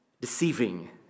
deceiving